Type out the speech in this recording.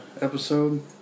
episode